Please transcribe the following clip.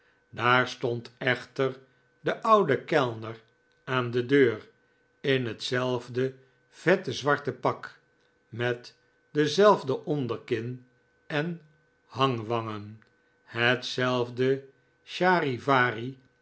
daar stond echter de oude kellner aan de deur in hetzelfde vette zwarte pak met dezelfde onderkin en hangwangen hetzelfde